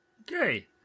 okay